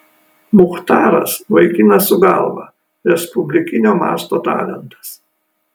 muchtaras vaikinas su galva respublikinio masto talentas